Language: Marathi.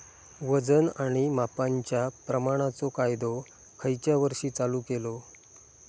वजन आणि मापांच्या प्रमाणाचो कायदो खयच्या वर्षी चालू केलो?